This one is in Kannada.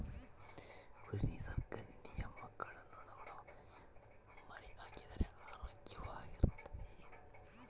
ಕುರಿ ನಿಸರ್ಗ ನಿಯಮಕ್ಕನುಗುಣವಾಗಿ ಮರಿಹಾಕಿದರೆ ಆರೋಗ್ಯವಾಗಿರ್ತವೆ